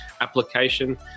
application